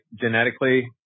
genetically